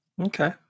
Okay